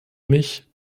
mich